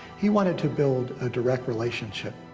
he wanted to build a direct relationship.